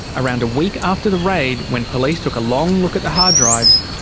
around a week after the raid, when police took a long look at the hard drives,